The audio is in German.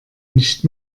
nicht